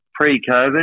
pre-COVID